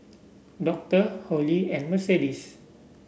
Doctor Holli and Mercedes